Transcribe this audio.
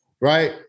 right